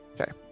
Okay